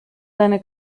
seine